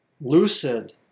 Lucid